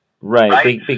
Right